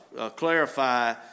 clarify